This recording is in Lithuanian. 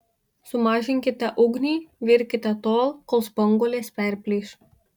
sumažinkite ugnį virkite tol kol spanguolės perplyš